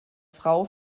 frau